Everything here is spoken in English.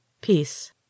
Peace